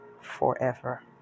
forever